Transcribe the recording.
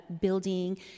building